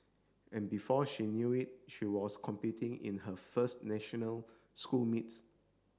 and before she knew it she was competing in her first national school meets